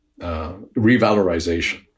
revalorization